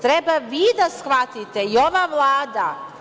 Treba vi da shvatite i ova Vlada.